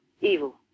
evil